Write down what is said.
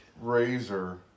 Razor